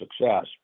success